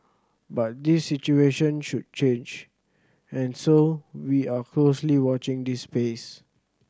but this situation should change and so we are closely watching this space